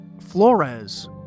Flores